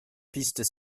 pistes